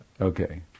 Okay